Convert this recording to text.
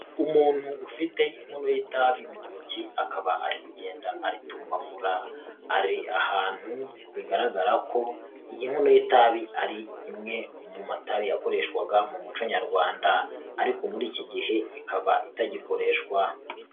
Umuntu ufite inkono y'itabi mu ntoki, akaba ari kugenda aritumagura. Ari ahantu bigaragara ko iyikun y'itabi ari imwe mu matara yakoreshwaga mu muco Nyarwanda, ariko muri iki gihe ikaba itagikoreshwa.